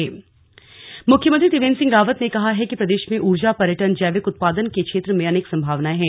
कार्यक्रम मुख्यमंत्री त्रिवेन्द्र सिंह रावत ने कहा है कि प्रदेश में ऊर्जा पर्यटन जैविक उत्पादन के क्षेत्र मे अनेक सम्भावनायें हैं